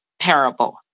parable